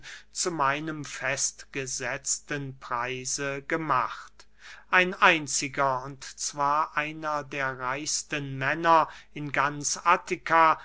zu meinem festgesetzten preise gemacht ein einziger und zwar einer der reichsten männer in ganz attika